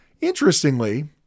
Interestingly